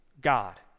God